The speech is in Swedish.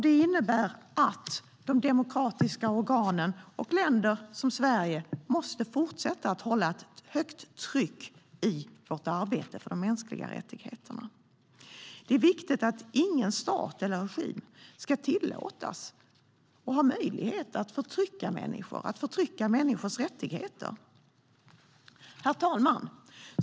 Det innebär att de demokratiska organen och länder som Sverige måste fortsätta att ha ett stort tryck på arbetet för de mänskliga rättigheterna. Det är viktigt att ingen stat eller regim ska tillåtas och ha möjlighet att förtrycka människor och deras rättigheter. Herr talman!